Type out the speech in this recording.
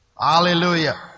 Hallelujah